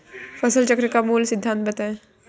फसल चक्र का मूल सिद्धांत बताएँ?